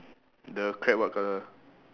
the crab what colour